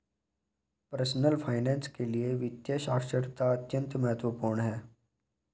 personal finance के लिए वित्तीय साक्षरता अत्यंत महत्वपूर्ण है